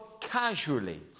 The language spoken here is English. casually